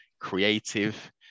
creative